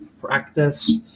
practice